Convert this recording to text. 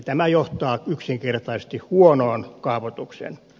tämä johtaa yksinkertaisesti huonoon kaavoitukseen